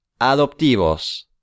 adoptivos